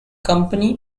company